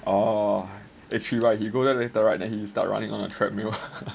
orh actually right he go there later right then he start running on a treadmill